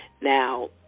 Now